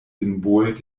symbol